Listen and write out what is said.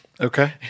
Okay